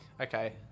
okay